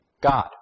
God